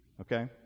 Okay